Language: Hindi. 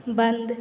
बन्द